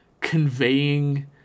conveying